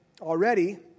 already